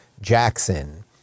Jackson